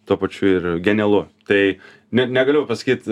tuo pačiu ir genialu tai net negaliu pasakyt